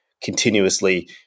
continuously